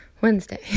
Wednesday